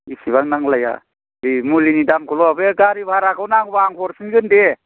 इसेबां नांलाया बे मुलिनि दामखौल' बे गारि भाराखौ नांगौबा आं हरफिनगोन दे